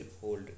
hold